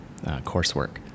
coursework